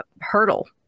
hurdle